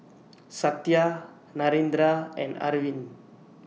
Satya Narendra and Arvind